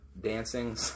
Dancing